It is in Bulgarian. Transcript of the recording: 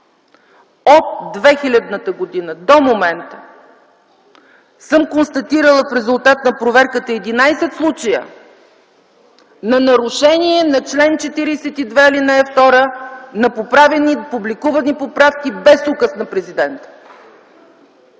От 2000 г. до момента съм констатирала в резултат на проверката единадесет случая на нарушения на чл. 42, ал. 2 на поправени, публикувани поправки без указ на президента.